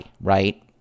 right